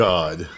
God